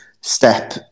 step